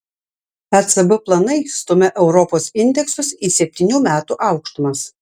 ecb planai stumia europos indeksus į septynių metų aukštumas